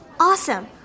Awesome